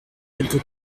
quelque